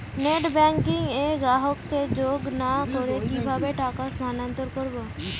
Net banking এ গ্রাহককে যোগ না করে কিভাবে টাকা স্থানান্তর করব?